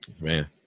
man